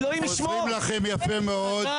עוזרים לכם יפה מאוד,